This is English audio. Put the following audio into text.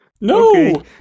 No